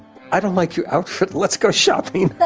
i don't like your outfit, let's go shopping.